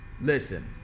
listen